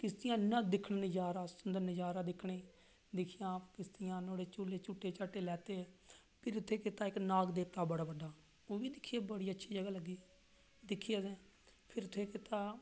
किश्तियां इन्ना दिक्खेआ नज़ारा उंदा नज़ारा दिक्खने गी दिक्खियां किश्तियां नुहाड़े च झूले झूटे ते भी केह् कीता उत्थें नाग देवता बड़ा बड्डा ओह्बी दिक्खेआ बड़ी अच्छी जगह लग्गी ते फिर उत्थें केह् कीता